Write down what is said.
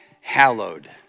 Hallowed